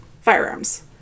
firearms